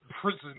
Prison